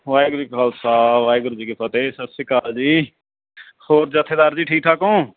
ਵਾਹਿਗੁਰੂ ਜੀ ਕਾ ਖਾਲਸਾ ਵਾਹਿਗੁਰੂ ਜੀ ਕੀ ਫ਼ਤਿਹ ਸਤਿ ਸ਼੍ਰੀ ਅਕਾਲ ਜੀ ਹੋਰ ਜੱਥੇਦਾਰ ਜੀ ਠੀਕ ਠਾਕ ਹੋ